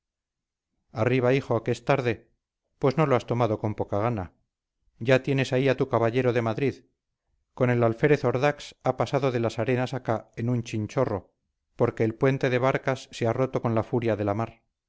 arriba hijo que es tarde pues no lo has tomado con poca gana ya tienes ahí a tu caballero de madrid con el alférez ordax ha pasado de las arenas acá en un chinchorro porque el puente de barcas se ha roto con la furia de la mar